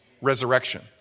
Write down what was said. resurrection